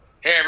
hey